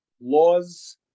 laws